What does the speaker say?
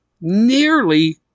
Nearly